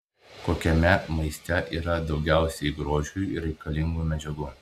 kokiame maiste yra daugiausiai grožiui reikalingų medžiagų